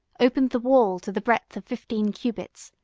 opened the wall to the breadth of fifteen cubits,